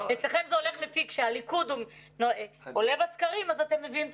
אצלכם כשהליכוד עולה בסקרים אתם מביאים את